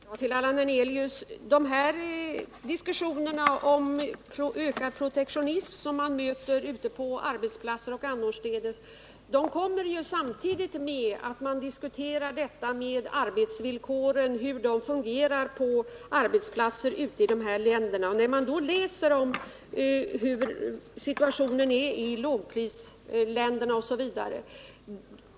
Herr talman! Först till Allan Hernelius: De här diskussionerna om ökande protektionism som vi möter ute på arbetsplatser och annorstädes kommer samtidigt med att man diskuterar hur det fungerar på arbetsplatser ute i de här länderna; man läser ju om situationen i lågprisländerna osv.